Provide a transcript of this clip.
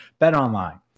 BetOnline